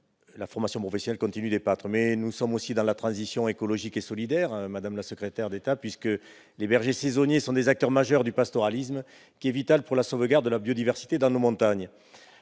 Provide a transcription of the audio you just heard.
la formation professionnelle continue des pâtres. Mais, en la matière, l'enjeu est également la transition écologique et solidaire, madame la secrétaire d'État, puisque les bergers saisonniers sont des acteurs majeurs du pastoralisme, activité vitale pour la sauvegarde de la biodiversité dans nos montagnes.